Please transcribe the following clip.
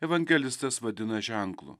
evangelistas vadina ženklu